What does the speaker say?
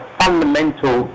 fundamental